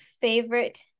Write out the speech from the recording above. favorite